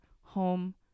home